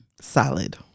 solid